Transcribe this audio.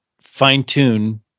fine-tune